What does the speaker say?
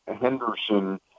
Henderson